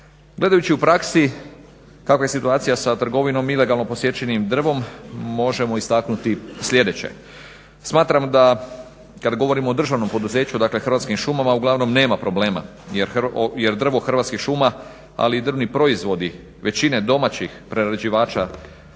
Gledajući u praksi kakva je situacija se trgovinom ilegalno posjećenim drvom možemo istaknuti sljedeće smatram da kada govorimo o državnom poduzeću, dakle, Hrvatskim šumama uglavnom nema problema jer drvo hrvatskih šuma ali i drvni proizvodi većine domaćih prerađivača